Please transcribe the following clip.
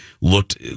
looked